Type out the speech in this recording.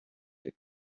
the